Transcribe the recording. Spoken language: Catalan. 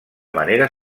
manera